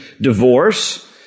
divorce